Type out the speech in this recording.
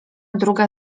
druga